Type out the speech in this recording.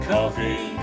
Coffee